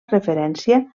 referència